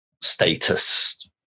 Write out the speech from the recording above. status